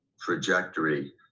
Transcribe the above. trajectory